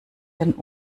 den